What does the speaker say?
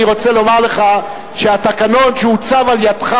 אני רוצה לומר לך שהתקנון שעוצב על-ידיך,